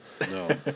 No